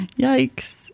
yikes